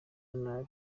nabi